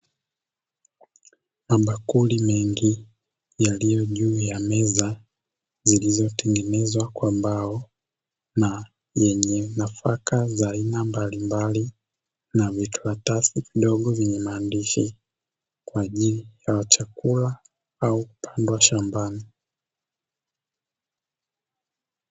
Mabakuli mengi yaliyo juu ya meza, zilizotengenezwa kwa mbao na yenye nafaka za aina mbalimbali na vikaratasi vidogo vyenye maandishi kwa ajili ya chakula au kupandwa shambani.